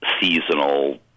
seasonal